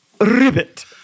Ribbit